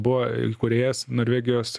buvo įkūrėjas norvegijos